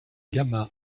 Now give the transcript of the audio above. gamma